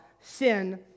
sin